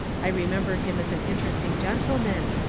i re member him as an interesting gentleman,